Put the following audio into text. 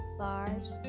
bars